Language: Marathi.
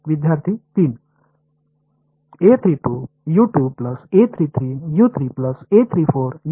विद्यार्थी 3